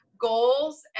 goals